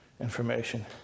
information